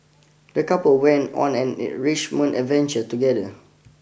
the couple went on an enrichment adventure together